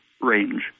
range